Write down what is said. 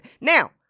Now